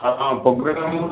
ହଁ ପ୍ରୋଗ୍ରାମ୍ ଆମର